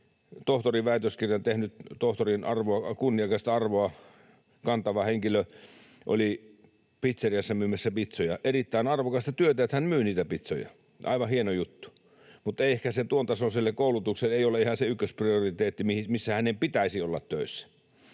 tohtorin väitöskirjan tehnyt, tohtorin kunniakasta arvoa kantava henkilö oli pitseriassa myymässä pitsoja. Erittäin arvokasta työtä se, että hän myy niitä pitsoja, aivan hieno juttu, mutta ei se ehkä tuon tasoisella koulutuksella ole ihan se ykkösprioriteetti, missä hänen pitäisi olla töissä.